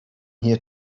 here